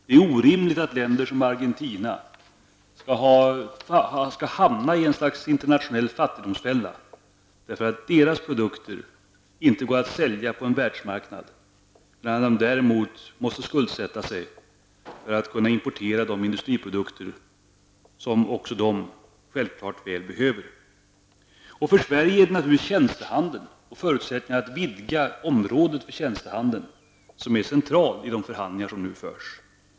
Det är orimligt att ett land som Argentina skall hamna i ett slags internationell fattigdomsfälla därför att dess produkter inte gått att sälja på världsmarknaden utan landet måste skuldsätta sig för att kunna importera de industriprodukter som man självfallet väl behöver även där. För Sverige är naturligtvis förutsättningarna att vidga området för tjänstehandeln central i de förhandlingar som nu förs.